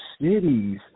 cities